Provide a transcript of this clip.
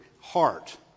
heart